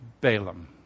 Balaam